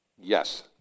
Yes